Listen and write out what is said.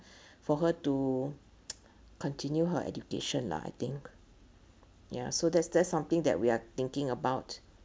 for her to continue her education lah I think ya so that's that's something that we are thinking about